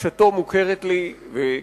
גישתו מוכרת לי,